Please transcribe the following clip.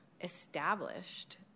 established